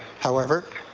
however,